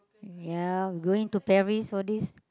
ya going to Paris for this